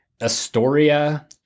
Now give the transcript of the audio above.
Astoria